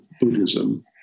Buddhism